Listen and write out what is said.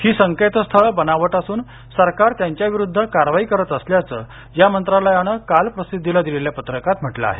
ही संकेतस्थळं बनावट असून सरकार त्यांच्याविरुद्ध कारवाई करत असल्याचं या मंत्रालयानं आज प्रसिद्धीला दिलेल्या पत्रकात म्हटलं आहे